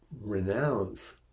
Renounce